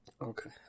Okay